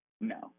No